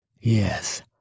Yes